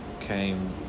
came